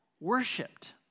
worshipped